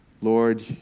Lord